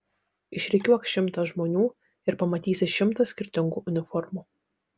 išrikiuok šimtą žmonių ir pamatysi šimtą skirtingų uniformų